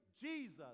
Jesus